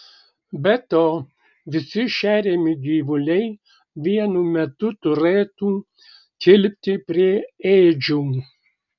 be to visi šeriami gyvuliai vienu metu turėtų tilpti prie ėdžių